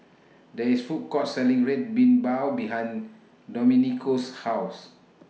There IS Food Court Selling Red Bean Bao behind Domenico's House